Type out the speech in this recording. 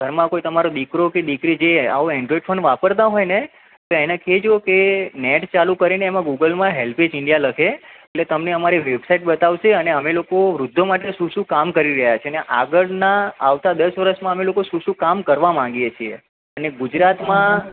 ઘરમાં કોઈ તમારો દીકરો કે દીકરી જે આવો એન્ડ્રોઈડ ફોન વાપરતા હોય ને તો એને કહેજો કે નેટ ચાલું કરીને એમાં ગૂગલમાં હેલ્પેજ ઈન્ડિયા લખે એટલે તમને અમારી વૅબસાઈટ બતાવશે અને અમે લોકો વૃદ્ધો માટે શું શું કામ કરી રહ્યા છીએ અને આગળનાં આવતા દસ વર્ષમાં અમે લોકો શું શું કામ કરવા માગીએ છીએ અને ગુજરાતમાં